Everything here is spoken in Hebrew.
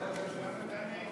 למה אתה נגד?